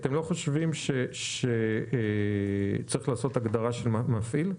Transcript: אתם לא חושבים שצריך לתת הגדרה למפעיל?